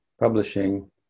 publishing